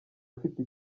ufite